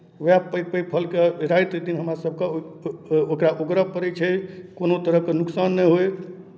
उएह पैघ पैघ फलके राति दिन हमरासभके ओ ओहि ओकरा ओगरय पड़ै छै कोनो तरहके नोकसान नहि होय